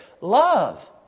Love